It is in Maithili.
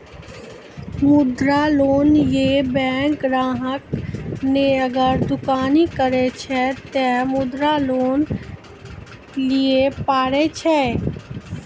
मुद्रा लोन ये बैंक ग्राहक ने अगर दुकानी करे छै ते मुद्रा लोन लिए पारे छेयै?